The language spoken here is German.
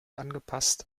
angepasst